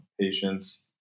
patients